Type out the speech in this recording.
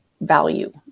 value